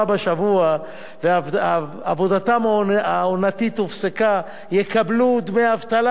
בשבוע ועבודתם העונתית הופסקה יקבלו דמי אבטלה,